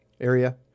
area